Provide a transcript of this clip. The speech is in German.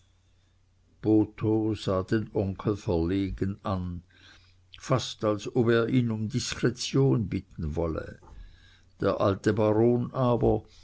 den onkel verlegen an fast als ob er ihn um diskretion bitten wolle der alte baron aber